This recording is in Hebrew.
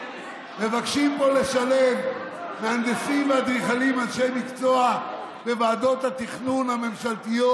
מבקשים פה לשלב מהנדסים ואדריכלים אנשי מקצוע בוועדות התכנון הממשלתיות.